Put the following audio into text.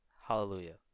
hallelujah